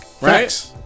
right